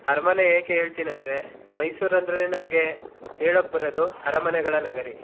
ಅರಮನೆ ಏಕೆ ಹೇಳ್ತೀನಂದ್ರೆ ಮೈಸೂರು ಅಂದರೆ ನಮಗೆ ಹೇಳೋಕೆ ಬರೋದು ಅರಮನೆಗಳ ನಗರಿ